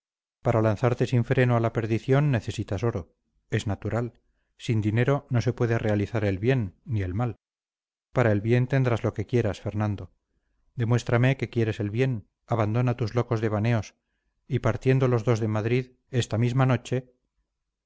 para lanzarte sin freno a la perdición necesitas oro es natural sin dinero no se puede realizar el bien ni el mal para el bien tendrás lo que quieras fernando demuéstrame que quieres el bien abandona tus locos devaneos y partiendo los dos de madrid esta misma noche